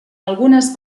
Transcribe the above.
algunes